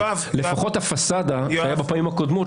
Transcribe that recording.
לפחות הפסאדה שהייתה בפעמים הקודמות,